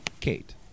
Kate